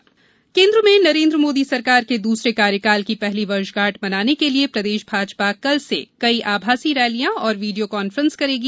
मोदी सरकार वर्षगांठ केंद्र में नरेंद्र मोदी सरकार के दूसरे कार्यकाल की पहली वर्षगांठ मनाने के लिए प्रदेश भाजपा कल से कई आभासी रैलियां और वीडियो कॉन्फ्रेंस करेंगी